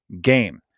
game